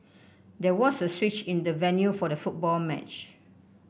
there was a switch in the venue for the football match